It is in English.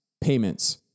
Payments